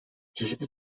çeşitli